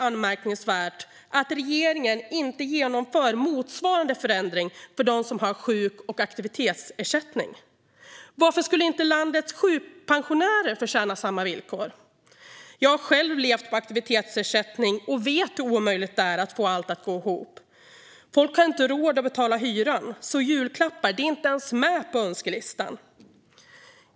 Anmärkningsvärt är att regeringen inte genomför motsvarande förändring för dem som har sjuk och aktivitetsersättning. Varför skulle inte landets sjukpensionärer förtjäna samma villkor? Jag har själv levt på aktivitetsersättning och vet hur omöjligt det är att få allt att gå ihop. Folk har inte råd att betala hyran, så julklappar är inte ens med på önskelistan.